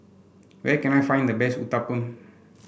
where can I find the best Uthapum